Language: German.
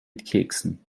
keksen